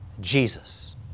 Jesus